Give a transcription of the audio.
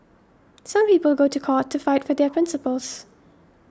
some people go to court to fight for their principles